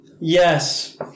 Yes